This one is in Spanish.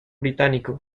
británico